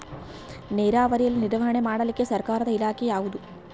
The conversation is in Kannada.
ನೇರಾವರಿಯಲ್ಲಿ ನಿರ್ವಹಣೆ ಮಾಡಲಿಕ್ಕೆ ಸರ್ಕಾರದ ಇಲಾಖೆ ಯಾವುದು?